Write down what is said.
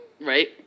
Right